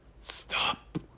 Stop